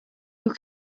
who